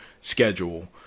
schedule